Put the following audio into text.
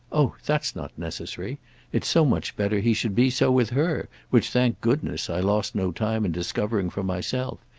oh that's not necessary it's so much better he should be so with her which, thank goodness, i lost no time in discovering for myself.